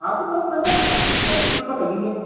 हाँ तो बस मैडम पच्चीस रुपये लगेंगे